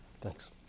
Thanks